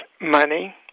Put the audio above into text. money